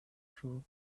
through